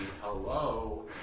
Hello